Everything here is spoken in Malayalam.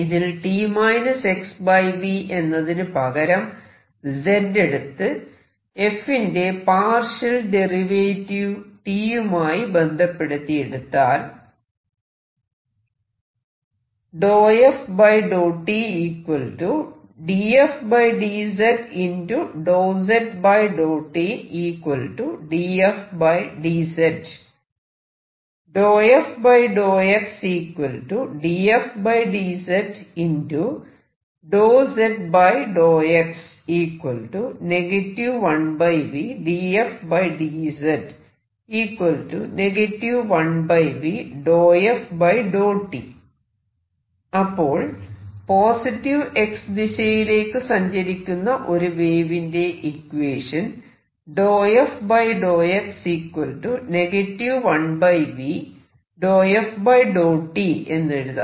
ഇതിൽ t - xv എന്നതിന് പകരം z എടുത്ത് f ന്റെ പാർഷ്യൽ ഡെറിവേറ്റീവ് t യുമായി ബന്ധപ്പെടുത്തി എടുത്താൽ അപ്പോൾ പോസിറ്റീവ് X ദിശയിലേക്കു സഞ്ചരിക്കുന്ന ഒരു വേവിന്റെ ഇക്വേഷൻ എന്നെഴുതാം